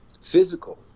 physical